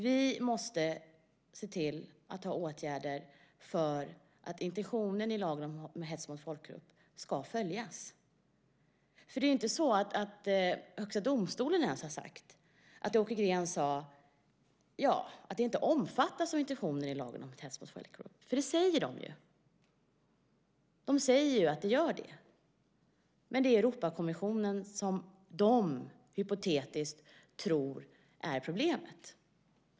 Vi måste se till att ha åtgärder så att intentionen i lagen om hets mot folkgrupp ska följas. Det är ju inte så att Högsta domstolen ens har sagt att det som Åke Green sade inte omfattas av intentionen i lagen om hets mot folkgrupp. Det säger ju Högsta domstolen. Den säger att det gör det, men det är Europakonventionen som Högsta domstolen hypotetiskt tror är problemet.